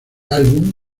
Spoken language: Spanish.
álbum